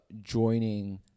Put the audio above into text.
joining